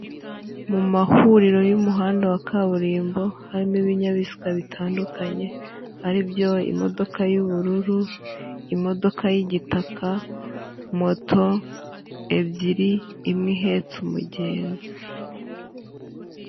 Mu mahuriro y'umuhanda wa kaburimbo, harimo ibinyabiziga bitandukanye, aribyo imodoka y'ubururu, imodoka y'igitaka, moto ebyiri, imwe ihetse umugenzi.